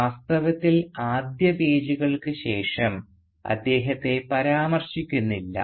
വാസ്തവത്തിൽ ആദ്യ പേജുകൾക്ക് ശേഷം അദ്ദേഹത്തെ പരാമർശിക്കുന്നില്ല